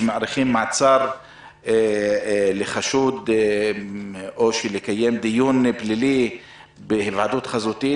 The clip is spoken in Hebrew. שמאריכים מעצר לחשוד או שמקיימים דיון פלילי בהיוועדות חזותית,